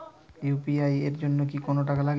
UPI এর জন্য কি কোনো টাকা লাগে?